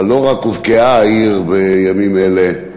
אבל לא רק הובקעה העיר בימים אלה,